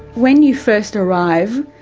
when you first arrive,